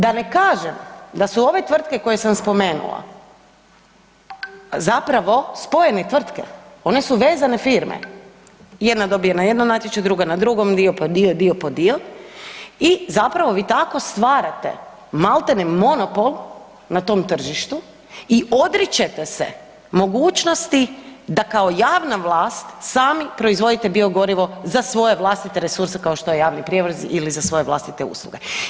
Da ne kažem da su ove tvrtke koje sam spomenula zapravo spojene tvrtke, one su vezane firme, jedna dobije na jednom natječaju, druga na drugom, dio po dio, dio po dio i zapravo vi tako stvarate maltene monopol na tom tržištu i odričete se mogućnosti da kao javna vlast sami proizvodite biogorivo za svoje vlastite resurse, kao što je javni prijevoz ili za svoje vlastite usluge.